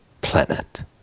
planet